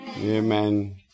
Amen